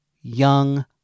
young